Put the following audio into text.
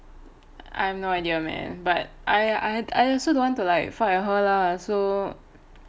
I have no idea man but I also don't want to like fight with her lah so